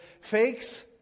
fakes